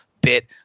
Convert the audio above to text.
bit